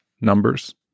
numbers